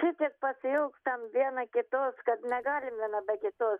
šitiek pasiilgstam viena kitos kad negalim viena be kitos